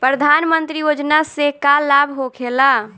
प्रधानमंत्री योजना से का लाभ होखेला?